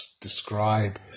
describe